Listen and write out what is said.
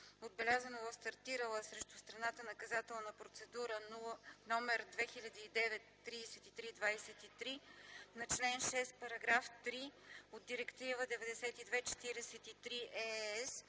отбелязано в стартирала срещу страната наказателна процедура № 2009/3323 на чл. 6, параграф 3 от Директива 92/43/ЕЕС